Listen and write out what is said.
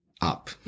up